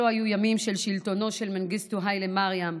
אלו היו ימים של שלטונו של מנגיסטו היילה מריאם,